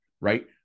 right